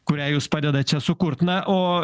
kurią jūs padedat čia sukurt na o